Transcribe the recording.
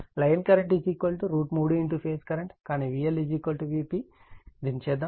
line current 3 phase current కానీ VL Vp దీన్ని చేద్దాం